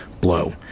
blow